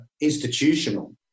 institutional